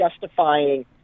justifying